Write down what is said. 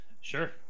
Sure